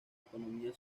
economía